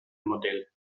modelle